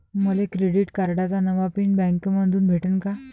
मले क्रेडिट कार्डाचा नवा पिन बँकेमंधून भेटन का?